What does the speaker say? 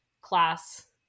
class